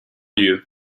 lieu